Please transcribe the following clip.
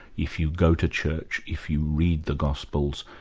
if you go to church, if you read the gospels,